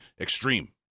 extreme